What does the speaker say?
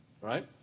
Right